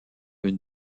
une